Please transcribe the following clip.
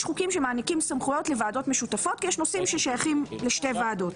חוקים שמעניקים סמכויות לוועדות משותפות כי יש נושאים ששייכים לשתי ועדות.